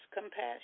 compassion